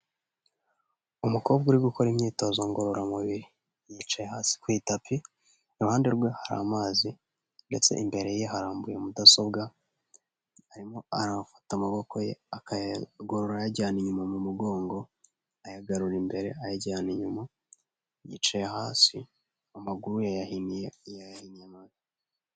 Umukobwa uri gukora imyitozo ngororamubiri, yicaye hasi ku itapi, iruhande rwe hari amazi, ndetse imbere ye harambuye mudasobwa, arimo arafata amaboko ye akayagorora ayajyana inyuma mu mugongo, ayagarura imbere, ayajyana inyuma, yicaye hasi amaguru yayahiniye mu mavi.